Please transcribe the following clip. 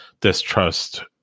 distrust